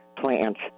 plants